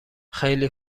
خیلی